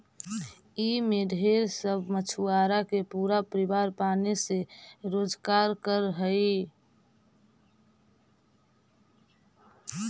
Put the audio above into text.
ई में ढेर सब मछुआरा के पूरा परिवार पने से रोजकार कर हई